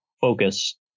focus